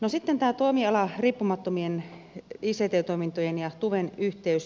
no sitten tämä toimialariippumattomien ict toimintojen ja tuven yhteys